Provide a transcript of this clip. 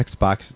Xbox